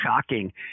shocking